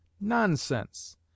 nonsense